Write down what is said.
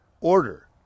order